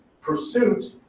pursuit